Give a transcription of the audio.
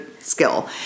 skill